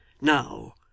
Now